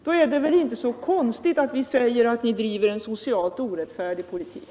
Då är det väl inte så konstigt att vi säger att ni bedriver en socialt orättfärdig politik.